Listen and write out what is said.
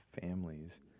families